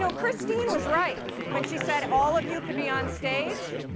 so christine was right when she said all of you could be on stage.